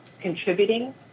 contributing